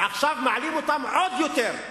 ועכשיו מעלים אותם עוד יותר.